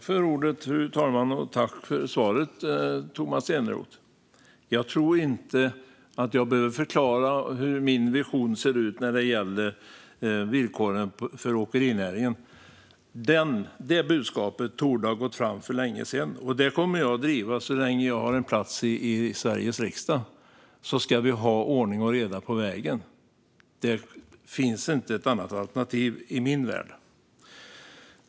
Fru talman! Tack för svaret, Tomas Eneroth! Jag tror inte att jag behöver förklara hur min vision ser ut när det gäller villkoren för åkerinäringen. Det budskapet torde ha gått fram för länge sedan, och det kommer jag att driva så länge jag har en plats i Sveriges riksdag. Vi ska ha ordning och reda på vägen. Det finns inget alternativ i min värld.